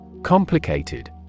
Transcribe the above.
Complicated